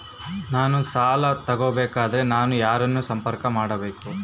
ನಾನು ಸಾಲ ತಗೋಬೇಕಾದರೆ ನಾನು ಯಾರನ್ನು ಸಂಪರ್ಕ ಮಾಡಬೇಕು?